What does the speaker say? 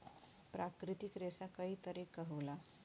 प्राकृतिक रेसा कई तरे क होला